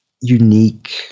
unique